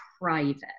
private